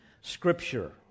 scripture